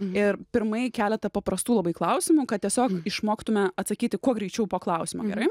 ir pirmai keletą paprastų labai klausimų kad tiesiog išmoktume atsakyti kuo greičiau po klausimo gerai